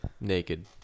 Naked